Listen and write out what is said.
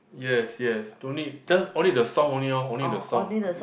yes yes don't need just only the song only orh only the song